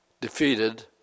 defeated